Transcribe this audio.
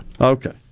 Okay